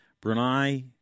Brunei